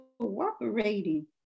cooperating